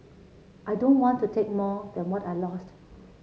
I don't want to take more than what I lost